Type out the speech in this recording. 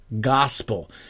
gospel